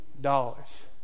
dollars